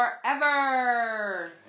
forever